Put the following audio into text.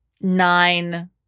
nine